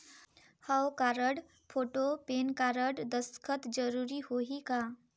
हव card, photo, PAN card, दस्खत जरूरी होही का?